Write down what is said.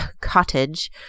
cottage